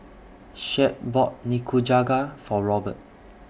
Shep bought Nikujaga For Robert